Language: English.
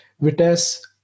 Vitesse